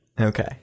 Okay